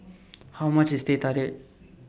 How much IS Teh Tarik